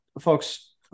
folks